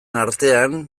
artean